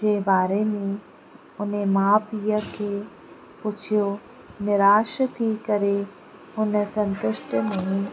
जे बारे में उन माउ पीउ खे पुछियो निराश थी करे हुन संतुष्ट में